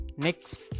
Next